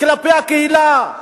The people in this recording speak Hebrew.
כלפי הקהילה.